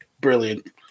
Brilliant